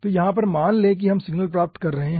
तो यहाँ पर मान ले कि हम सिग्नल प्राप्त कर रहे हैं